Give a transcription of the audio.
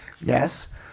yes